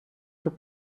for